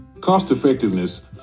Cost-effectiveness